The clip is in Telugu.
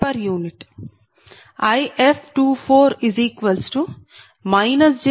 1235 p